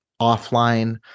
offline